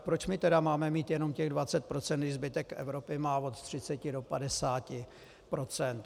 Proč my tedy máme mít jenom těch 20 %, když zbytek Evropy má od 30 do 50 %?